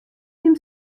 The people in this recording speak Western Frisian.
him